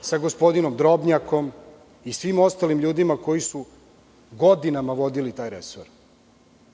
sa gospodinom Drobnjakom i svim ostalim ljudima koji su godinama vodili taj resor.